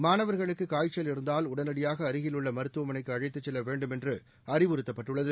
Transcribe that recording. மாணவா்களுக்கு காய்ச்சல் இருந்தால் உடனடியாக அருகில் உள்ள மருத்துவமனைக்கு அழைத்துச் செல்ல வேண்டும் என்று அறிவுறுத்தப்பட்டுள்ளது